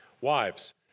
Wives